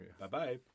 Bye-bye